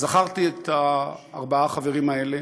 זכרתי את ארבעת החברים האלה.